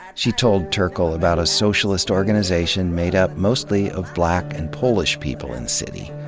she told terkel about a socialist organization made up mostly of black and polish people and city.